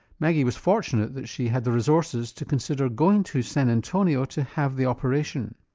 maggie was fortunate that she had the resources to consider going to san antonio to have the operation.